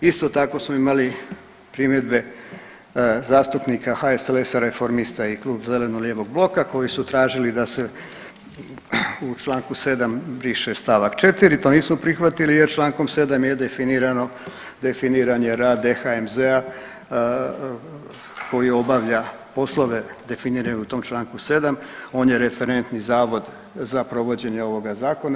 Isto tako smo imali primjedbe zastupnika HSLS-a, Reformista i Klub zeleno-lijevog bloka koji su tražili da se u Članku 7. briše stavak 4., to nismo prihvatili jer Člankom 7. je definirano, definiran je rad DHMZ-a koji obavlja poslove definirane je u tom Članku 7., on je referentni zavod za provođenje ovoga zakona.